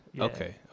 okay